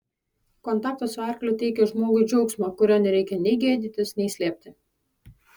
kontaktas su arkliu teikia žmogui džiaugsmą kurio nereikia nei gėdytis nei slėpti